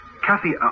Kathy